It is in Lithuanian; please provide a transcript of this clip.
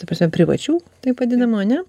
ta prasme privačių taip vadinamų ane